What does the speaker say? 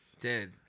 Dude